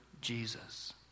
Jesus